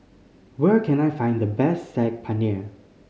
where can I find the best Saag Paneer